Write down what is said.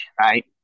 right